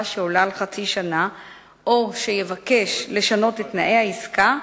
שעולה על חצי שנה או שיבקש לשנות את תנאי העסקה,